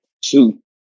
two